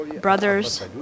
brothers